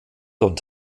und